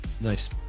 nice